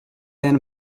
jen